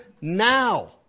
Now